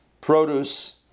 produce